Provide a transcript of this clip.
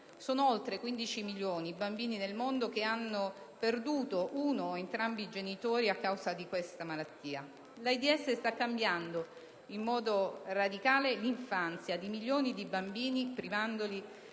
Sono oltre 15 milioni i bambini nel mondo che hanno perduto uno o entrambi i genitori a causa di questa malattia. L'AIDS sta cambiando in modo radicale l'infanzia di milioni di bambini, privandoli